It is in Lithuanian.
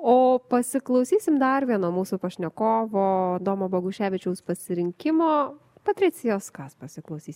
o pasiklausysim dar vieno mūsų pašnekovo domo boguševičiaus pasirinkimo patricijos kas pasiklausysim